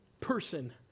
person